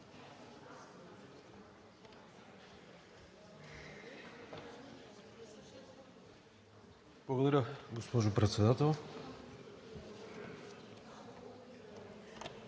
Благодаря, госпожо Председател.